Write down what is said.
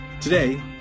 Today